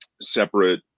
separate